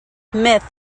myth